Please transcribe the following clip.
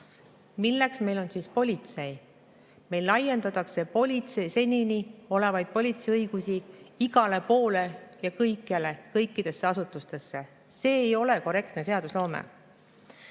Milleks meil on siis politsei? Meil laiendatakse senini olevaid politsei õigusi igale poole ja kõikjale, kõikidesse asutustesse. See ei ole korrektne seadusloome.